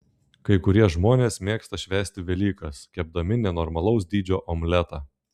kai kurie žmonės mėgsta švęsti velykas kepdami nenormalaus dydžio omletą